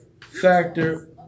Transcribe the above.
factor